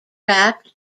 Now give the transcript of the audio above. wrapped